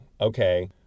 Okay